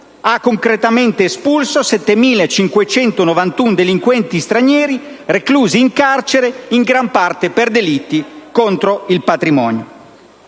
ha concretamente espulso 7.591 delinquenti stranieri reclusi in carcere, in gran parte, per delitti contro il patrimonio.